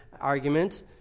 argument